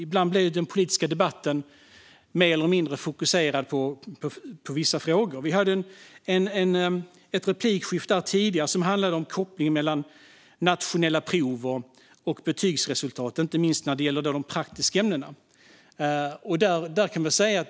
Ibland blir den politiska debatten mer eller mindre fokuserad på vissa frågor. Vi hade tidigare ett replikskifte om kopplingen mellan nationella prov och betygsresultat, inte minst när det gäller de praktiska ämnena.